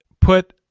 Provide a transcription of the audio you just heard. put